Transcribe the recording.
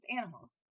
animals